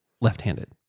left-handed